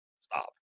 Stop